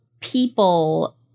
people